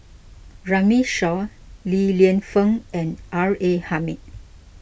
Runme Shaw Li Lienfung and R A Hamid